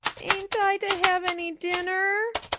ain't i to have any dinner?